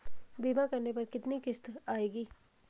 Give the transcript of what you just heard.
बीमा करने पर कितनी किश्त आएगी?